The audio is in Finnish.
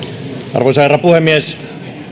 arvoisa herra puhemies